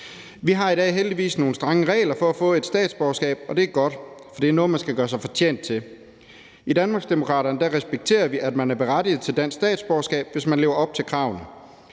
Vi har i dag heldigvis nogle strenge regler for at få et statsborgerskab, og det er godt, for det er noget, man skal gøre sig fortjent til. I Danmarksdemokraterne respekterer vi, at man er berettiget til dansk statsborgerskab, hvis man lever op til kravene.